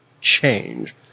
change